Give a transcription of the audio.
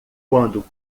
quando